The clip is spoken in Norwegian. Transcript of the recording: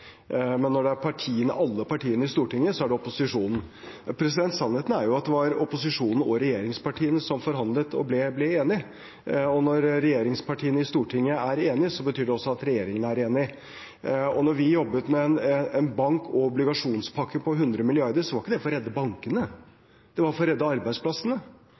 men når det er alle partiene i Stortinget, er det opposisjonen. Sannheten er jo at det var opposisjonen og regjeringspartiene som forhandlet og ble enig. Når regjeringspartiene i Stortinget er enig, betyr det også at regjeringen er enig. Da vi jobbet med en bank- og obligasjonspakke på 100 mrd. kr, var ikke det for å redde bankene. Det var for å redde arbeidsplassene.